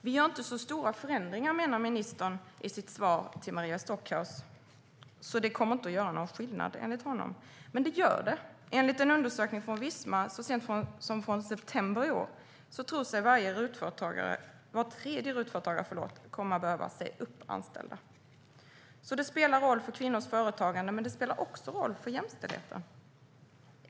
De förändringar regeringen gör är inte så stora, menar ministern i sitt svar till Maria Stockhaus. Enligt honom kommer de inte att göra någon skillnad. Men det gör de. Enligt en undersökning från Visma från så sent som september i år tror sig var tredje RUT-företagare komma att behöva säga upp anställda. Detta spelar alltså roll för kvinnors företagande, men det spelar också roll för jämställdheten.